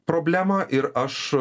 problemą ir aš